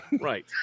right